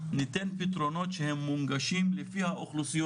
ניתן פתרונות שהם מונגשים לפי האוכלוסיות